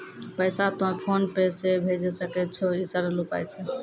पैसा तोय फोन पे से भैजै सकै छौ? ई सरल उपाय छै?